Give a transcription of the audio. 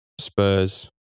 Spurs